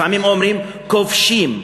לפעמים אומרים: כובשים.